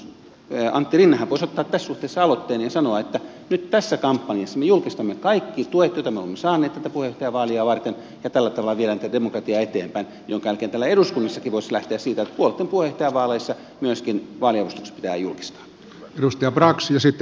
antti rinnehän voisi ottaa tässä suhteessa aloitteen ja sanoa että nyt tässä kampanjassa me julkistamme kaikki tuet joita me olemme saaneet tätä puheenjohtajavaalia varten ja tällä tavalla viedään tätä demokratiaa eteenpäin minkä jälkeen täällä eduskunnassakin voisi lähteä siitä että myöskin puolueitten puheenjohtajavaaleissa vaaliavustukset pitää julkistaa